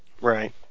Right